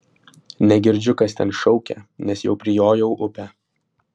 negirdžiu kas ten šaukia nes jau prijojau upę